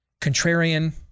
contrarian